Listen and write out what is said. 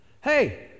Hey